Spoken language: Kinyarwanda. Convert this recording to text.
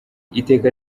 iteka